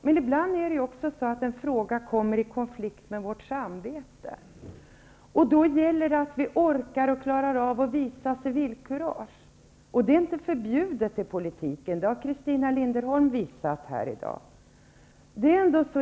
Men ibland är det ju också så att en fråga kommer i konflikt med vårt samvete. Då gäller det att vi orkar och klarar av att visa civilkurage. Att detta inte är förbjudet i politiken har Christina Linderholm visat här i dag.